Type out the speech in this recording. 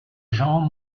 jean